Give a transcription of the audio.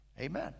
Amen